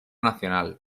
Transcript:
nacional